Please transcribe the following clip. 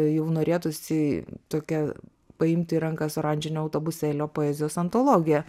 jau norėtųsi tokia paimt į rankas oranžinio autobusėlio poezijos antologiją